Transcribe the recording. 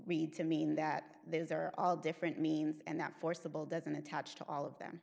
read to mean that these are all different means and that forcible doesn't attach to all of them